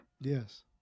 Yes